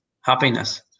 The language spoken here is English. happiness